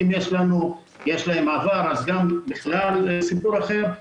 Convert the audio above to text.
אם יש להם עבר, זה סיפור אחר.